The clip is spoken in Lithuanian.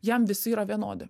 jam visi yra vienodi